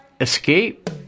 Escape